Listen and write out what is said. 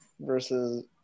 versus